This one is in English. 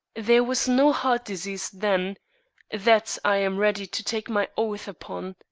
there was no heart disease then that i am ready to take my oath upon.